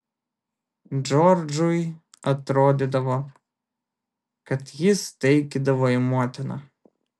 džordžui atrodydavo kad jis taikydavo į motiną